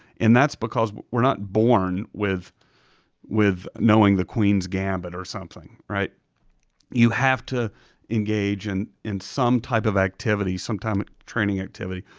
and that's because we're not born with with knowing the queen's gambit or something. you have to engage and in some type of activity, some type of training activity,